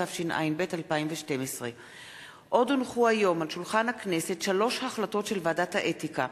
התשע"ב 2012. שלוש החלטות של ועדת האתיקה: